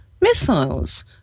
missiles